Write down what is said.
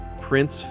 Prince